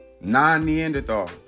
non-Neanderthal